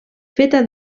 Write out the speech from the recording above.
feta